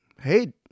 hey